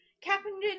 Captain